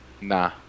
Nah